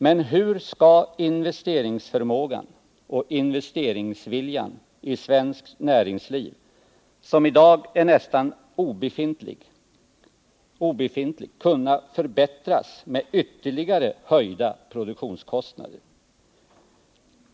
Men hur skall investeringsförmågan och investeringsviljan i svenskt näringsliv, som i dag är nästan obefintliga, kunna förbättras med ytterligare höjda produktionskostnader?